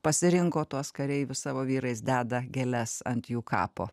pasirinko tuos kareivius savo vyrais deda gėles ant jų kapo